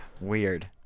Weird